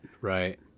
right